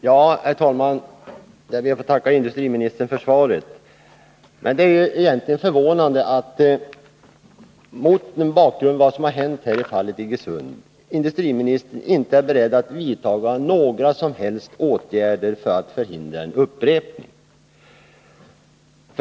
Herr talman! Jag ber att få tacka industriministern för svaret. Det är egentligen, mot bakgrund av vad som hänt i fallet Iggesund, förvånande att industriministern inte är beredd att vidta några som helst åtgärder för att förhindra en upprepning.